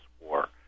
War